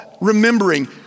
Remembering